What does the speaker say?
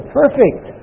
perfect